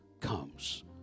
comes